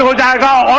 so da da